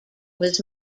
was